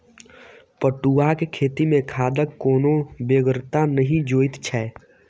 पटुआक खेती मे खादक कोनो बेगरता नहि जोइत छै